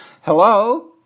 Hello